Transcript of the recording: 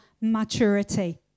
maturity